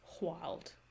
wild